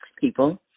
people